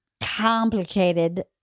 complicated